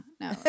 No